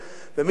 אני,